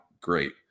Great